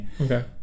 okay